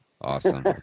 Awesome